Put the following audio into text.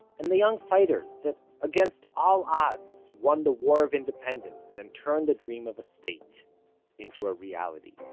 and the young fighters that against all odds won the war of independence and turned the dream of a state into a reality